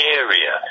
area